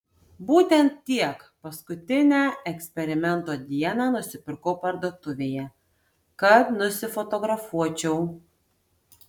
būtent tiek paskutinę eksperimento dieną nusipirkau parduotuvėje kad nusifotografuočiau